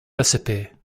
recipe